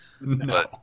No